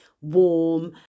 warm